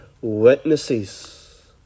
witnesses